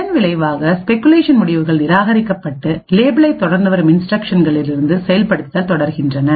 இதன் விளைவாக ஸ்பெகுலேஷன் முடிவுகள் நிராகரிக்கப்பட்டு லேபிளைத் தொடர்ந்து வரும் இன்ஸ்டிரக்ஷன்களிலிருந்து செயல்படுத்தல் தொடர்கிறது